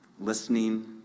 listening